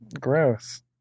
Gross